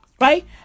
Right